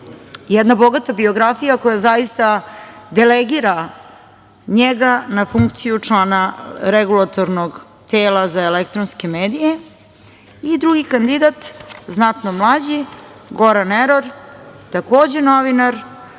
jedna bogata biografija koja zaista delegira njega na funkciju člana Regulatornog tela za elektronske medije i drugi kandidat, znatno mlađi, Goran Eror, takođe novinar